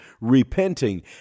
repenting